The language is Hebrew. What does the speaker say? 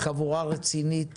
חבורה רצינית